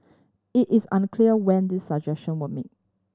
it is unclear when these suggestion were made